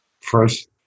first